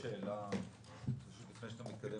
אפשר שאלה לפני שאתה מתקדם?